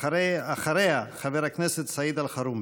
ואחריה, חבר הכנסת סעיד אלחרומי.